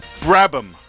Brabham